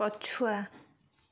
ପଛୁଆ